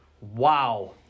Wow